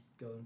go